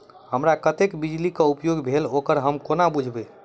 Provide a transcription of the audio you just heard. हमरा कत्तेक बिजली कऽ उपयोग भेल ओकर हम कोना बुझबै?